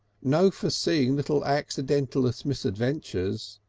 no foreseeing little accidentulous misadventures,